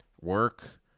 Work